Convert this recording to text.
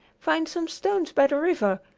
find some stones by the river,